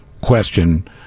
question